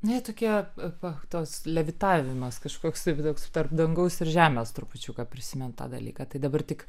na jie tokie va toks levitavimas kažkoks tai toks tarp dangaus ir žemės trupučiuką prisimenu tą dalyką tai dabar tik